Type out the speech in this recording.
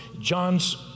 John's